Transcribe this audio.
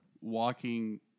walking